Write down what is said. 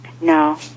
No